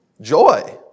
joy